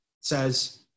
says